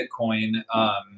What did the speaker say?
Bitcoin